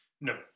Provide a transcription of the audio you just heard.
No